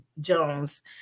Jones